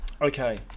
Okay